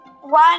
One